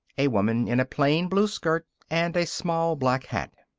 a woman in a plain blue skirt and a small black hat.